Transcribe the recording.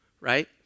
right